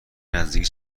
نزدیکی